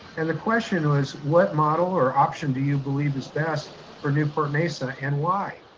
and the questions was, what model or option do you believe is best for newport-mesa, and why?